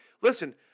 listen